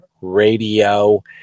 radio